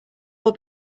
all